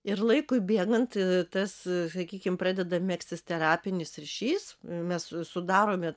ir laikui bėgant tas sakykim pradeda megztis terapinis ryšys mes sudarome